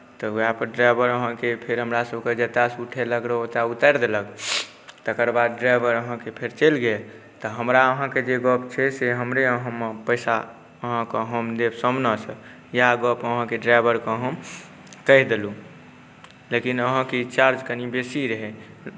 तऽ उएहपर ड्राइवर अहाँके फेर हमरासभके जतयसँ उठेलक रहए ओतए उतारि देलक तकर बाद ड्राइवर अहाँके फेर चलि गेल तऽ हमरा अहाँके जे गप छै से हमरे अहाँमे पैसा अहाँकेँ हम देब सामनेसँ इएह गप अहाँके ड्राइवरकेँ हम कहि देलहुँ लेकिन अहाँक ई चार्ज कनि बेसी रहै